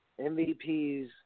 MVPs